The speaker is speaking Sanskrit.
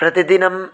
प्रतिदिनं